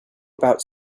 about